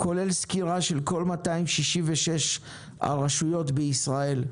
כולל סקירה של כל 266 הרשויות בישראל,